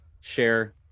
share